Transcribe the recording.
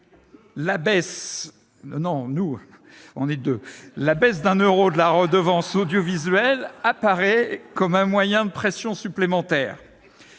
la baisse d'un euro de la redevance audiovisuelle apparaît comme un moyen de pression supplémentaire.